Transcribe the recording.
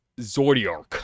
Zordiark